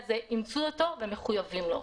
אימצו אותו ומחויבים לו.